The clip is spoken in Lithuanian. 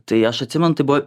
tai aš atsimenu tai buvo